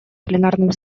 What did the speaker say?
пленарном